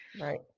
Right